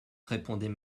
répondait